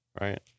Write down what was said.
Right